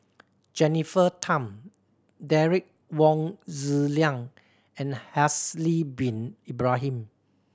Jennifer Tham Derek Wong Zi Liang and Haslir Bin Ibrahim